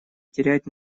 терять